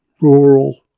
rural